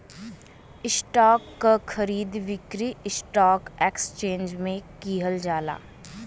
stock क खरीद बिक्री स्टॉक एक्सचेंज में किहल जाला